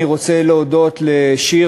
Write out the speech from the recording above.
אני רוצה להודות לשיר,